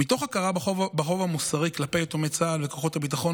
מתוך הכרה בחוב המוסרי כלפי יתומי צה"ל וכוחות הביטחון,